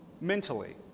Mentally